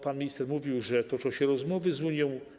Pan minister mówił, że toczą się rozmowy z Unią.